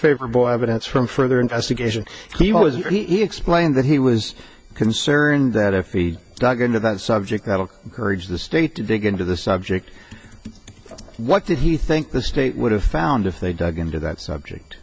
favorable evidence from further investigation he was he explained that he was concerned that if he dug into that subject that will urge the state to dig into the subject what did he think the state would have found if they dug into that subject